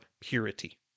purity